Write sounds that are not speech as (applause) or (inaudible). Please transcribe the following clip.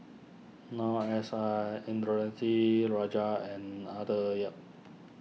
Noor S I (unintelligible) Rajah and Arthur Yap